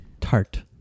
Tart